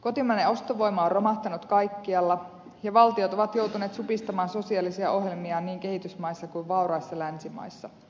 kotimainen ostovoima on romahtanut kaikkialla ja valtiot ovat joutuneet supistamaan sosiaalisia ohjelmiaan niin kehitysmaissa kuin vauraissa länsimaissa